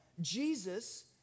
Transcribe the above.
Jesus